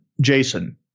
Jason